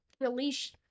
release